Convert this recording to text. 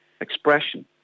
expression